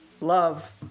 Love